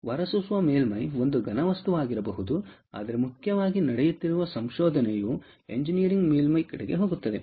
ಹೊರಸೂಸುವ ಮೇಲ್ಮೈ ಒಂದು ಘನ ವಸ್ತುವಾಗಿರಬಹುದು ಆದರೆ ಮುಖ್ಯವಾಗಿ ನಡೆಯುತ್ತಿರುವ ಸಂಶೋಧನೆಯು ಎಂಜಿನಿಯರಿಂಗ್ ಮೇಲ್ಮೈ ಕಡೆಗೆ ಹೋಗುತ್ತಿದೆ